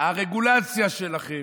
הרגולציה שלכם.